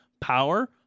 power